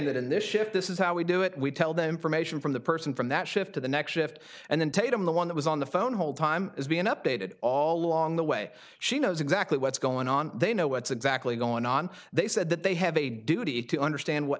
that in this shift this is how we do it we tell them from ation from the person from that shift to the next shift and then tatum the one that was on the phone hold time is being updated all along the way she knows exactly what's going on they know what's exactly going on they said that they have a duty to understand what